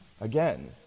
Again